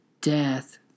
death